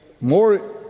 more